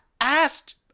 asked